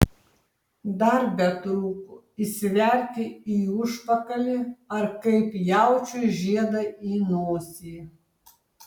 dar betrūko įsiverti į užpakalį ar kaip jaučiui žiedą į nosį